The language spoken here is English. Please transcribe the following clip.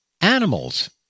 animals